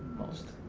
most.